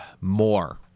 more